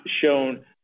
shown